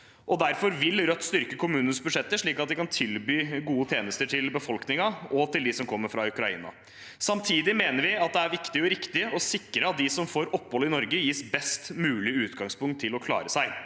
Derfor vil Rødt styrke kommunenes budsjetter slik at de kan tilby gode tjenester til befolkningen og til dem som kommer fra Ukraina. Samtidig mener vi at det er viktig og riktig å sikre at de som får opphold i Norge, gis et best mulig utgangspunkt til å klare seg.